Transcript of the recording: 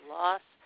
loss